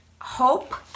Hope